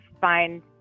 find